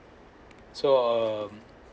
so err